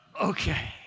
okay